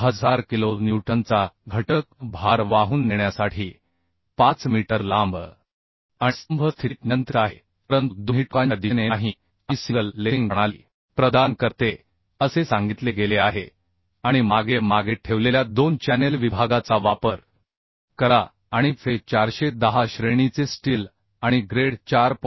1000 kilo न्यूटनचा घटक भार वाहून नेण्यासाठी 5 मीटर लांब आणि स्तंभ स्थितीत नियंत्रित आहे परंतु दोन्ही टोकांच्या दिशेने नाही आणि एकल लेसिंग प्रणाली प्रदान करते असे सांगितले गेले आहे आणि मागे मागे ठेवलेल्या दोन चॅनेल विभागाचा वापर करा आणि Fe 410 श्रेणीचे स्टील आणि ग्रेड 4